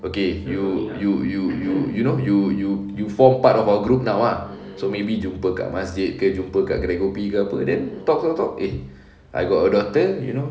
okay you you you you you know you you you form part of our group now ah so maybe kat masjid ke jumpa dekat kedai kopi ke apa then talk talk talk eh I got a daughter you know